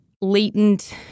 latent